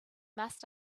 must